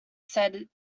said